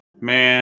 Man